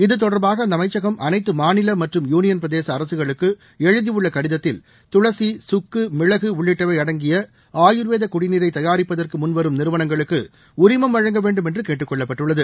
இது தொடர்பாக அந்த அமைச்சகம் அனைத்து மாநில மற்றும் யூனியன்பிரதேச அரசுகளுக்கு எழுதியுள்ள கடிதத்தில் துளசி கக்கு மிளகு உள்ளிட்டவை அடங்கிய அயுர்வேத குடிநீரை தயாரிப்பதற்கு முன்வரும் நிறுவனங்களுக்கு உரிமம் வழங்க வேண்டும் என்று கேட்டுக் கொள்ளப்பட்டுள்ளது